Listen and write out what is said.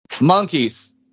Monkeys